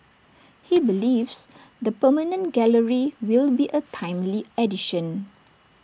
he believes the permanent gallery will be A timely addition